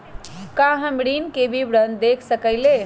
का हम ऋण के विवरण देख सकइले?